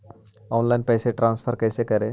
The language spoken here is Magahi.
ऑनलाइन पैसा ट्रांसफर कैसे करे?